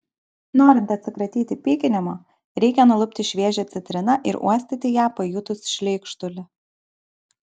norint atsikratyti pykinimo reikia nulupti šviežią citriną ir uostyti ją pajutus šleikštulį